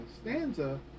stanza